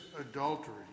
adultery